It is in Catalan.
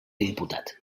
diputat